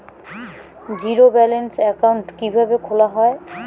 Zero balance account কিভাবে খোলা হয়?